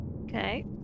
Okay